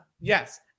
yes